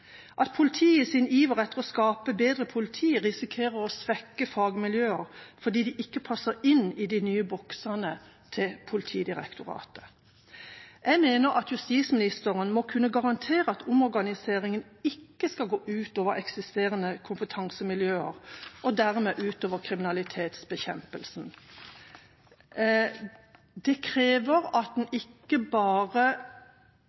at ikke politiet i sin iver etter å skape bedre politi risikerer å svekke fagmiljøer fordi de ikke passer inn i de nye boksene til Politidirektoratet. Jeg mener at justisministeren må kunne garantere at omorganiseringen ikke skal gå ut over eksisterende kompetansemiljøer og dermed ut over kriminalitetsbekjempelsen. Det krever at